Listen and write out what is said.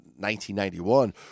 1991